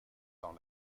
dans